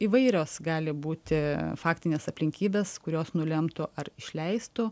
įvairios gali būti faktinės aplinkybės kurios nulemtų ar išleistų